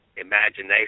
imagination